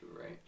right